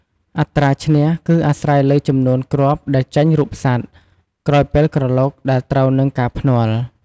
អត្រាឈ្នះ គឺអាស្រ័យលើចំនួនគ្រាប់ដែលចេញរូបសត្វ ក្រោយពេលក្រឡុកដែលត្រូវនឹងការភ្នាល់។